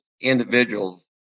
individuals